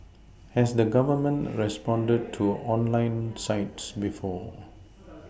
has the Government responded to online sites before